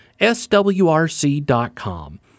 swrc.com